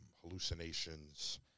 hallucinations